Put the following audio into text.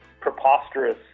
preposterous